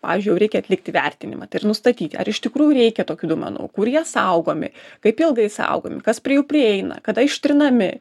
pavyzdžiui jau reikia atlikt įvertinimą tai ir nustatyti ar iš tikrųjų reikia tokių duomenų kur jie saugomi kaip ilgai saugomi kas prie jų prieina kada ištrinami